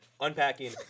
unpacking